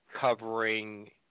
covering